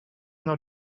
now